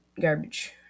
garbage